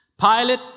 Pilate